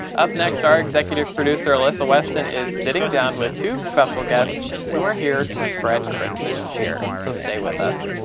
up next, our executive producer alyssa weston is sitting down with two special guests who are here to spread christmas cheer, so stay with us.